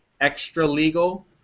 extra-legal